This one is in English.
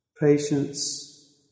patience